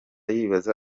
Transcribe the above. yibaza